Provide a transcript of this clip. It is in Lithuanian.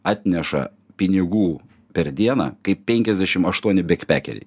atneša pinigų per dieną kaip penkiasdešimt aštuoni bekpekeriai